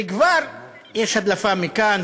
וכבר יש הדלפה מכאן,